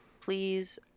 please